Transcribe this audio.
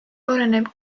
oleneb